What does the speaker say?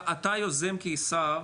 אתה כשר,